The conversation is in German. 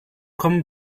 kommen